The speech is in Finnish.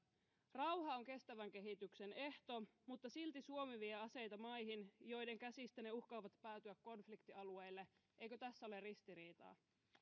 rauha on kestävän kehityksen ehto mutta silti suomi vie aseita maihin joiden käsistä ne uhkaavat päätyä konfliktialueille eikö tässä ole ristiriitaa